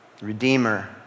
Redeemer